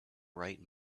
bright